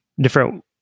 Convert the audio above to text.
different